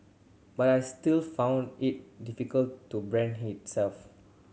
but I still found it difficult to brand itself